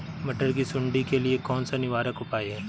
मटर की सुंडी के लिए कौन सा निवारक उपाय है?